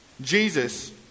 Jesus